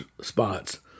spots